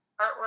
artwork